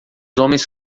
homens